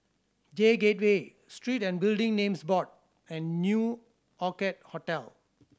J Gateway Street and Building Names Board and New Orchid Hotel